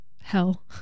hell